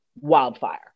wildfire